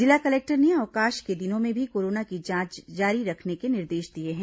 जिला कलेक्टर ने अवकाश के दिनों में भी कोरोना की जांच जारी रखने के निर्देश दिए हैं